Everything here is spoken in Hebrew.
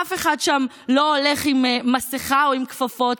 אף אחד שם לא הולך עם מסכה או עם כפפות.